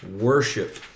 worship